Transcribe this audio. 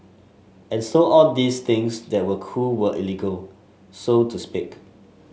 and so all these things that were cool were illegal so to speak